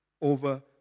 over